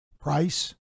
Price